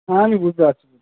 হ্যাঁ আমি বুঝতে পারছি